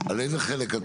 על איזה חלק את מדברת?